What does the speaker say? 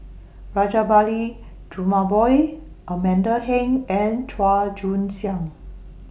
Rajabali Jumabhoy Amanda Heng and Chua Joon Siang